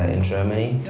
and in germany.